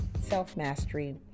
self-mastery